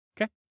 Okay